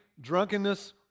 drunkenness